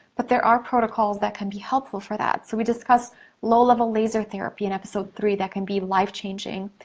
but there are protocols that can be helpful for that. so, we discuss low level laser therapy in episode three that can be life changing.